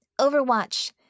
Overwatch